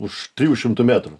už trijų šimtų metrų